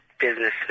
businesses